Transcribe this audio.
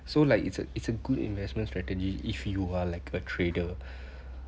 so like it's a it's a good investment strategy if you are like a trader